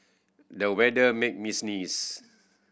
the weather made me sneeze